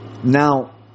Now